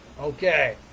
Okay